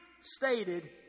stated